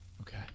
Okay